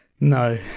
No